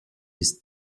his